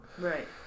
Right